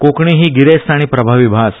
कोंकणी ही गिरेस्त आनी प्रभावी भास